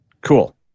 Cool